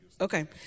Okay